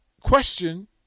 Question